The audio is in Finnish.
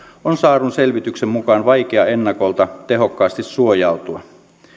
on saadun selvityksen mukaan vaikea ennakolta tehokkaasti suojautua